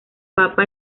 papa